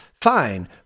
Fine